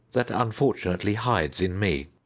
that un fortunately hides in me.